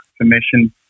commission